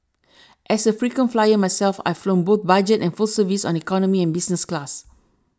as a frequent flyer myself I've flown both budget and full service on economy and business class